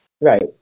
Right